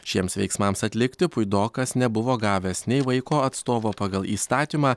šiems veiksmams atlikti puidokas nebuvo gavęs nei vaiko atstovo pagal įstatymą